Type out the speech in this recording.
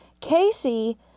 casey